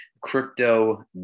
crypto